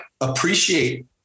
appreciate